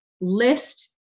list